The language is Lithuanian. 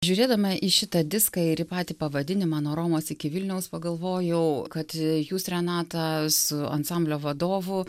žiūrėdama į šitą diską ir į patį pavadinimą nuo romos iki vilniaus galvojau kad jūs renata su ansamblio vadovu